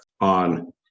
on